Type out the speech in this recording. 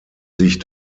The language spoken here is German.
sich